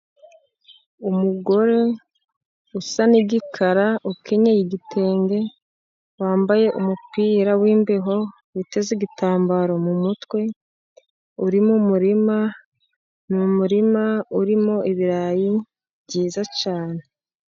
Umugore usa ni igikara ukenyeye igitenge, wambaye umupira wimbeho, witeze igitambaro mu mutwe uri mu murima, umurima urimo ibirayi byiza cyane.